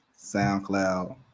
SoundCloud